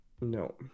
no